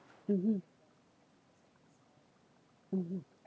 mmhmm mmhmm